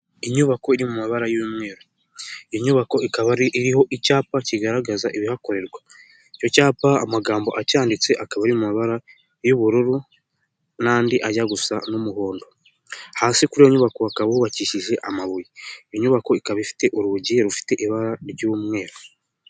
Inyubako iri mu mabara y'umweru. Iyi nyubako ikaba iriho icyapa kigaragaza ibihakorerwa. Icyo cyapa amagambo acyanditse akaba ari mu mabara y'ubururu n'andi ajya gusa n'umuhondo. Hasi kuri iyo nyubako hakaba hubakishije amabuye. Iyo nyubako ikaba ifite urugi rufite ibara ry'umweru.